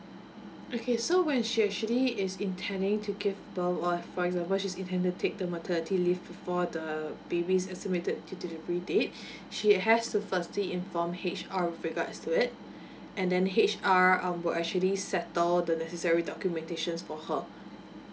okay so when she actually is intending to give birth or for example she's intend to take the maternity leave for the babies estimated to delivery date she has to firstly inform H_R with regards to it and then H_R uh will actually settle the necessary documentations for her